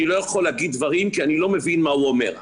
אני לא יכול להגיד דברים כי אני לא מבין מה הוא אומר.